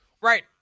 Right